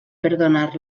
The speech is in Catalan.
perdonar